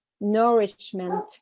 nourishment